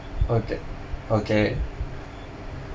okay okay